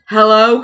Hello